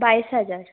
বাইশ হাজার